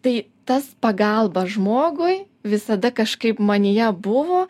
tai tas pagalba žmogui visada kažkaip manyje buvo